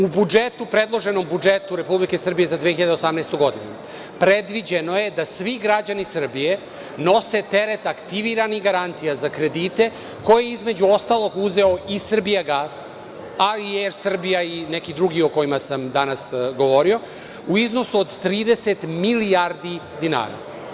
U predloženom budžetu Republike Srbije za 2018. godinu, predviđeno je da svi građani Srbije nose teret aktiviranih garancija za kredite, koje je između ostalog uzeo i „Srbijagas“, ali i Er Srbija i neki drugi o kojima sam danas govorio, u iznosu od 30 milijardi dinara.